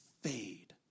fade